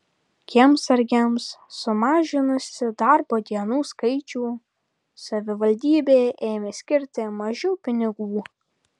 kiemsargiams sumažinusi darbo dienų skaičių savivaldybė ėmė skirti mažiau pinigų